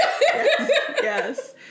Yes